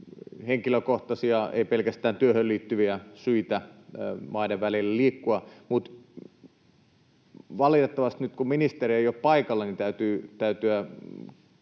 henkilökohtaisia, ei pelkästään työhön liittyviä, syitä maiden välillä liikkumiselle. Mutta valitettavasti nyt, kun ministeri ei ole paikalla, täytyy